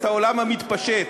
את העולם המתפשט.